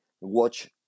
watch